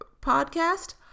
podcast